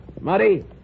Muddy